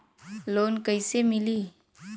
Loan कईसे मिली?